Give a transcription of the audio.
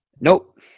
Nope